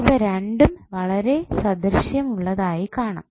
ഇവ രണ്ടും വളരെ സദൃശ്യം ഉള്ളതായി കാണാം